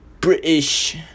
British